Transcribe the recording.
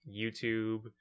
YouTube